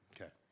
okay